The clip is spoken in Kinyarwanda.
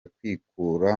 kwikura